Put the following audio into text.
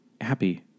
happy